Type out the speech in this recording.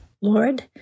Lord